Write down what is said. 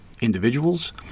individuals